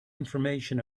information